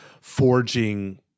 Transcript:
forging